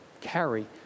carry